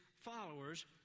followers